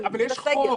אבל יש חוק.